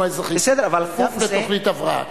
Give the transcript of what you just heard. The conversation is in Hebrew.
אנחנו האזרחים, כפוף לתוכנית הבראה.